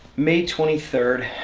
may twenty third,